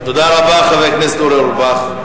תודה רבה, חבר הכנסת אורי אורבך.